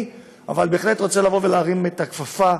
אבל אני בהחלט רוצה להרים את הכפפה,